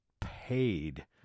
paid